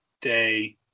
day